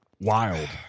wild